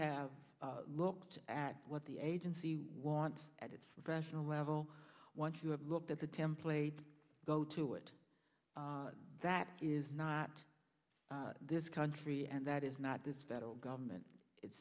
have looked at what the agency wants at it's rational level once you have looked at the template go to it that is not this country and that is not this federal government it